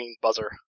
buzzer